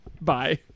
Bye